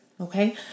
okay